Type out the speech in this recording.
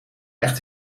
echt